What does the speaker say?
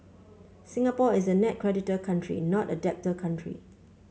Singapore is a net creditor country not a debtor country